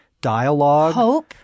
dialogue